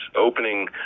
opening